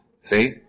See